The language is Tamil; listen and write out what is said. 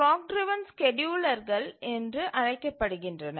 கிளாக் டிரவன் ஸ்கேட்யூலர்கள் என்று அழைக்கப்படுகின்றன